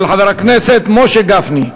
של חבר הכנסת משה גפני.